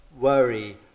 worry